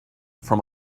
from